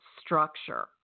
structure